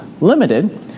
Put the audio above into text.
limited